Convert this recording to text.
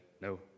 no